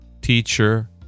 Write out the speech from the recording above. teacher